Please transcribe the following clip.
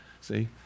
See